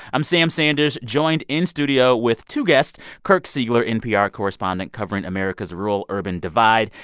i'm sam sanders, joined in studio with two guests kirk siegler, npr correspondent covering america's rural-urban divide,